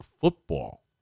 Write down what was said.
football